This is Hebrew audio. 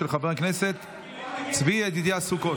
של חבר הכנסת צבי ידידיה סוכות.